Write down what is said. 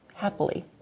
happily